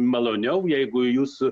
maloniau jeigu jus